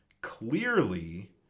clearly